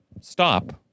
stop